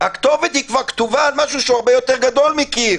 הכתובת היא כבר כתובה על משהו שהוא הרבה יותר גדול מקיר.